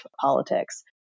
politics